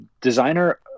designer